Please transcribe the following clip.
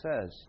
says